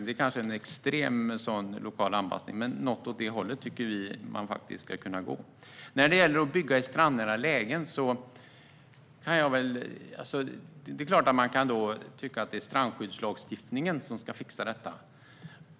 Det kanske var en extrem lokal anpassning, men vi tycker faktiskt att man ska kunna göra något åt det hållet. När det gäller att bygga i strandnära lägen kan vi självklart tycka att det är strandskyddslagstiftningen som ska fixa detta.